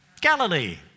Galilee